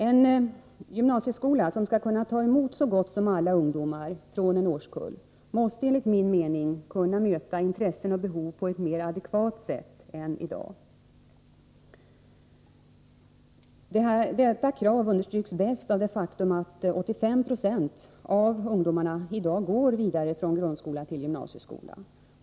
En gymnasieskola som skall kunna ta emot så gott som alla ungdomar från en årskurs måste enligt min mening kunna möta intressen och behov på ett mer adekvat sätt än i dag. Detta krav understryks bäst av det faktum att 85 96 av ungdomarna i dag går vidare från grundskolan till gymnasieskolan.